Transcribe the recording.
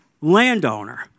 landowner